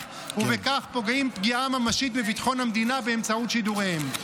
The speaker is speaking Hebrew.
ובכך פוגעים פגיעה ממשית בביטחון המדינה באמצעות שידוריהם.